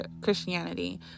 Christianity